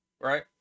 right